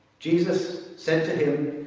jesus said to him,